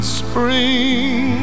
spring